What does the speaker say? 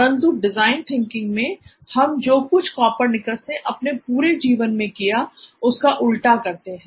परंतु design thinking में हम जो कुछ कॉपरनिकस ने अपने पूरे जीवन में किया उसका उल्टा करते हैं